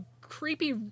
creepy